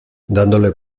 dándole